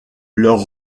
leurs